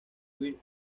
where